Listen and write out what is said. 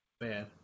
man